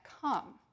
come